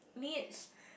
needs